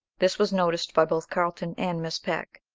this was noticed by both carlton and miss peck,